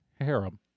harem